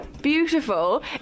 beautiful